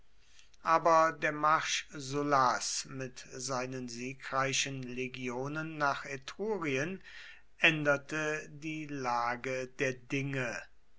aber der marsch sullas mit seinen siegreichen legionen nach etrurien änderte die lage der dinge